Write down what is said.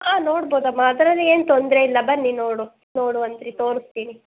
ಆಂ ನೋಡ್ಬೋದಮ್ಮಾ ಅದರಲ್ಲಿ ಏನು ತೊಂದರೆ ಇಲ್ಲ ಬನ್ನಿ ನೋಡು ನೋಡುವಂತ್ರಿ ತೋರಿಸ್ತೀನಿ